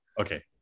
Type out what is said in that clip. Okay